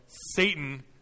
Satan